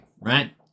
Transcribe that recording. right